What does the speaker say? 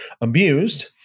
abused